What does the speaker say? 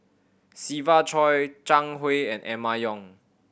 Siva Choy Zhang Hui and Emma Yong